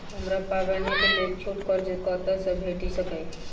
हमरा पाबैनक लेल छोट कर्ज कतऽ सँ भेटि सकैये?